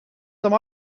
some